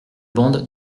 bande